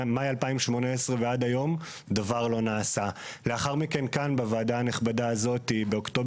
מהמשרד להגנת הסביבה עדכון לגבי אופן הסיוע ליצרנים שנפגעו.